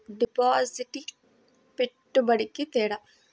డిపాజిట్కి పెట్టుబడికి తేడా?